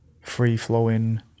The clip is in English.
free-flowing